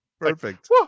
perfect